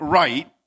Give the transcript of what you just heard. right